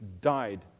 died